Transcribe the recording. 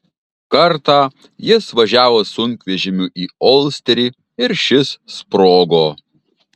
kartą jis važiavo sunkvežimiu į olsterį ir šis sprogo